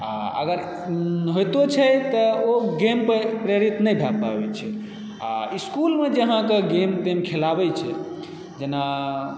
आ अगर होइतो छै तऽ ओ गेम पर प्रेरित नहि भए पाबैत छै आ इस्कूलमे जे अहाँकेँ गेम तेम खेलाबै छै जेना